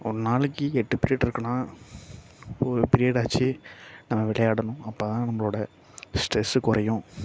ஒரு நாளைக்கு எட்டு பீரியட் இருக்குனால் ஒரு பீரியடாச்சும் நம்ம விளையாடணும் அப்போதான் நம்பளோடய ஸ்ட்ரெஸு குறையும்